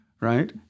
right